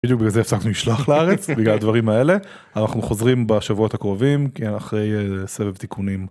בדיוק בגלל זה הפסקנו לשלוח לארץ, בגלל הדברים האלה. אבל אנחנו חוזרים בשבועות הקרובים אחרי סבב תיקונים.